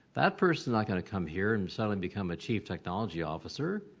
that person not going to come here and sudden become a chief technology officer.